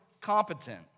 competent